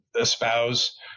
espouse